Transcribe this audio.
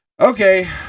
Okay